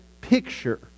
picture